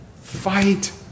Fight